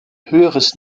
höheres